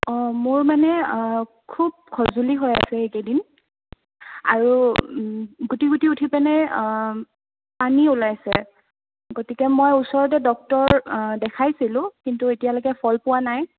অ' মোৰ মানে খুব খজুলি হৈ আছে এইকেদিন আৰু গুটি গুটি উঠি পিনে পানী ওলাইছে গতিকে মই ওচৰতে ডক্টৰ দেখাইছিলোঁ কিন্তু এতিয়ালৈকে ফল পোৱা নাই